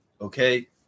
Okay